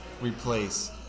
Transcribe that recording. replace